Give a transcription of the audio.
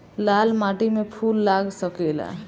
लाल माटी में फूल लाग सकेला?